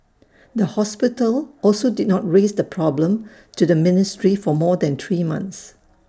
the hospital also did not raise the problem to the ministry for more than three months